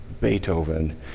Beethoven